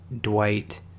Dwight